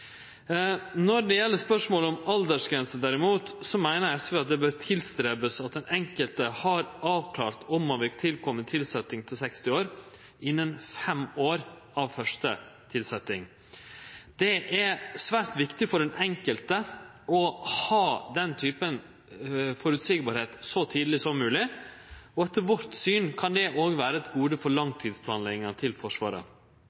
Når det gjeld spørsmålet om aldersgrense derimot, meiner SV at ein bør ta sikte på at den enkelte har avklart om ein vil tilkome tilsetjing til 60 år, innan fem år av første tilsetjing. Det er svært viktig for den enkelte å ha den typen føreseielegheit så tidleg som mogleg, og etter vårt syn kan det òg vere eit gode for